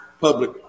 public